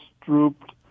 drooped